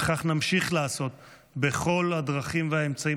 וכך נמשיך לעשות בכל הדרכים והאמצעים